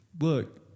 look